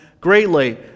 greatly